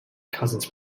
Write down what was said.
cousins